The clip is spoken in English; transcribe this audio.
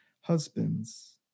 husbands